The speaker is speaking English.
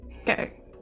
Okay